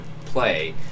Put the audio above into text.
play